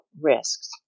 risks